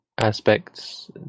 Aspects